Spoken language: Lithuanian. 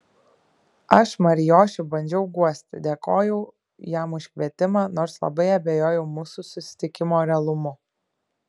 aš marijošių bandžiau guosti dėkojau jam už kvietimą nors labai abejojau mūsų susitikimo realumu